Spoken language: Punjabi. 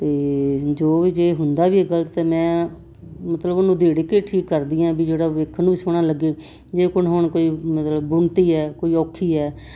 ਅਤੇ ਜੋ ਵੀ ਜੇ ਹੁੰਦਾ ਵੀ ਗਲਤ ਤਾਂ ਮੈਂ ਮਤਲਬ ਉਹਨੂੰ ਉਧੇੜ ਕੇ ਠੀਕ ਕਰਦੀ ਆ ਵੀ ਜਿਹੜਾ ਵੇਖਣ ਨੂੰ ਸੋਹਣਾ ਲੱਗੇ ਜੇ ਕੋਈ ਹੁਣ ਕੋਈ ਮਤਲਬ ਬੁਣਤੀ ਹੈ ਕੋਈ ਔਖੀ ਹੈ